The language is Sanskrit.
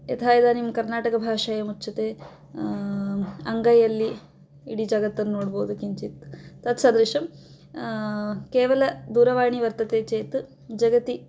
यथा इदानीं कर्णाटकभाषायामुच्यते अङ्गैल्लि इडि जगत्तन्नु नोड्बोदु किञ्चित् तत् सदृशं केवलं दूरवाणी वर्तते चेत् जगति